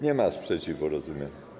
Nie ma sprzeciwu, rozumiem.